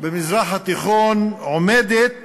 במזרח התיכון, עומדת